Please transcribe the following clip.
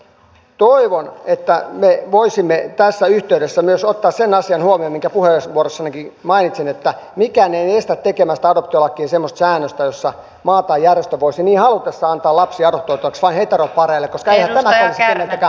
toivon että me voisimme tässä yhteydessä myös ottaa huomioon sen asian minkä puheenvuorossanikin mainitsin että mikään ei estä tekemästä adoptiolakiin semmoista säännöstä jossa maa tai järjestö voisi niin halutessaan antaa lapsen adoptoitavaksi vain heteropareille koska eihän tämä olisi keneltäkään pois